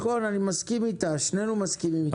נכון, אני מסכים איתה, שנינו מסכימים איתה.